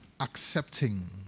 accepting